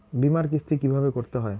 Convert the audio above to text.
বিমার কিস্তি কিভাবে করতে হয়?